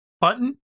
Button